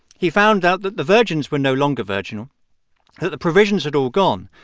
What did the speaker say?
he found out that the virgins were no longer virginal, that the provisions had all gone.